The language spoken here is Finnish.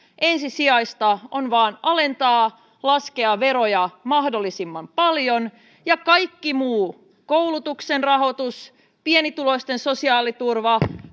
ensisijaista on vain alentaa ja laskea veroja mahdollisimman paljon ja kaikki muu koulutuksen rahoitus pienituloisten sosiaaliturva